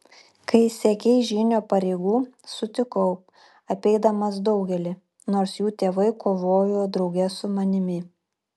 kai siekei žynio pareigų sutikau apeidamas daugelį nors jų tėvai kovojo drauge su manimi